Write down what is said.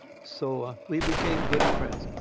so ah we became good friends.